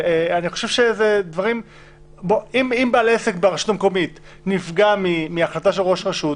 אם בעל עסק ברשות המקומית נפגע מהחלטה של ראש רשות,